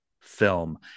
film